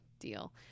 deal